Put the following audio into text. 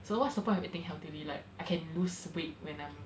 so what's the point of eating healthily like I can lose weight when I'm